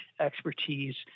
expertise